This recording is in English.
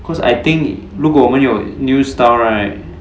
cause I think 如果我们有 new style right